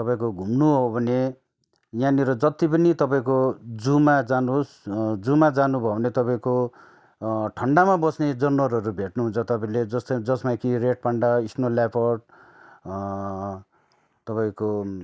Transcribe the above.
तपाईँको घुम्नु हो भने यहाँनिर जति पनि तपाईँको जूमा जानुहोस् जूमा जानुभयो भने तपाईँको ठन्डामा बस्ने जनावरहरू भेट्नु हुन्छ तपाईँले जसमा कि रेड पान्डा इस्नो लियोप्याड तपाईँको